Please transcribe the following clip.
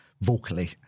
vocally